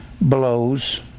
blows